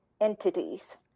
entities